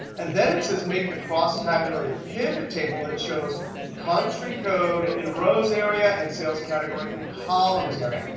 and then it says, make a cross tabulated pivot table that shows country code in rows area and sales category in columns area.